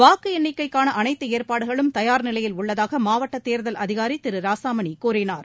வாக்கு எண்ணிக்கைக்கான அனைத்து ஏற்பாடுகளும் தயார் நிலையில் உள்ளதாக மாவட்ட தேர்தல் அதிகாரி திரு ராசாமணி கூறினார்